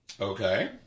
Okay